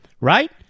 right